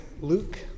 Luke